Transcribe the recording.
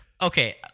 Okay